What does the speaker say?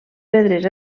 pedres